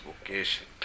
vocation